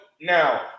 now